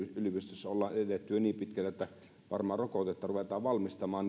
yliopistossa ollaan edetty jo niin pitkälle että varmaan rokotetta ruvetaan valmistamaan